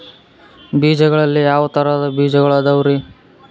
ಬೇಜಗಳಲ್ಲಿ ಯಾವ ತರಹದ ಬೇಜಗಳು ಅದವರಿ?